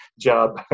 job